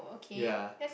ya